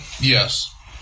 Yes